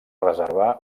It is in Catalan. reservar